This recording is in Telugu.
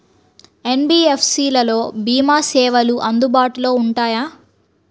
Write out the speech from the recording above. ఎన్.బీ.ఎఫ్.సి లలో భీమా సేవలు అందుబాటులో ఉంటాయా?